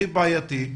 הכי בעייתי.